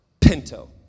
Pinto